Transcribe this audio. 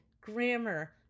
grammar